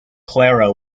clara